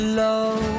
low